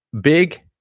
big